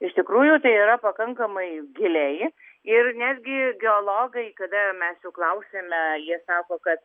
iš tikrųjų yra pakankamai giliai ir netgi geologai kada mes jų klausiame jie sako kad